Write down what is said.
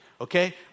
Okay